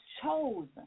chosen